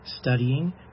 studying